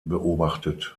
beobachtet